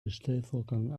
bestellvorgang